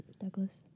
Douglas